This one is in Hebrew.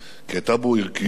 כי היתה בו ערכיות שורשית.